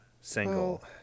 single